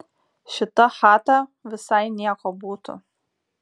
šita chata visai nieko būtų